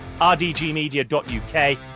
rdgmedia.uk